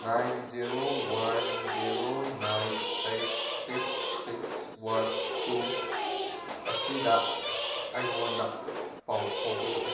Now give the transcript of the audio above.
nine zero one zero nine eight six six one two ꯑꯁꯤꯗ ꯑꯩꯉꯣꯟꯗ ꯄꯥꯎ ꯐꯥꯎꯕꯤꯔꯛꯎ